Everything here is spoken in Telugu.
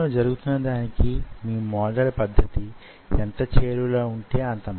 ఈ లోతు యీ సంఖ్యల మధ్యలో ఎక్కడైనా వుండ వచ్చు